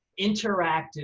interactive